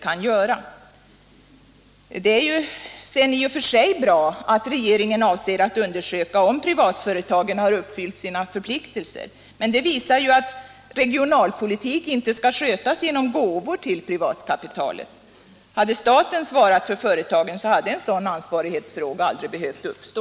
Sedan är det i och för sig bra att regeringen avser att undersöka om privatföretagen har uppfyllt sina förpliktelser, men det visar ju att regionalpolitik inte skall skötas på så sätt att man ger gåvor till privatkapitalet. Hade staten svarat för företagen hade en sådan ansvarighetsfråga aldrig behövt uppstå.